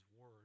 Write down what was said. Word